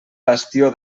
bastió